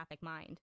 mind